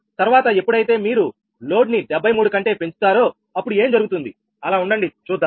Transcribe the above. తర్వాత ఎప్పుడైతే మీరు లోడ్ ని 73 కంటే పెంచుతారో అప్పుడు ఏం జరుగుతుంది అలా ఉండండి చూద్దాం